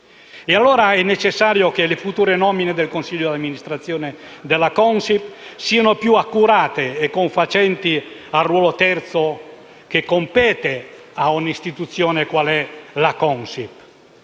E allora è necessario che le future nomine dei membri del consiglio di amministrazione della Consip siano più accurate e confacenti al ruolo terzo che compete a un'istituzione qual è la Consip.